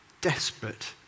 desperate